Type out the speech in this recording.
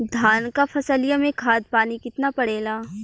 धान क फसलिया मे खाद पानी कितना पड़े ला?